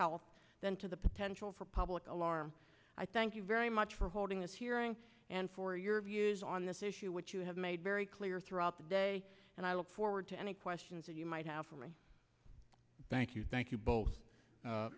health than to the potential for public alarm i thank you very much for holding this hearing and for your views on this issue which you have made very clear throughout the day and i look forward to any questions that you might have for me thank you thank you both